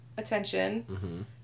Attention